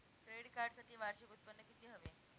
Credit कार्डसाठी वार्षिक उत्त्पन्न किती हवे?